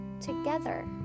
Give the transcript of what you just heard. together